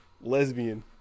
Lesbian